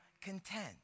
content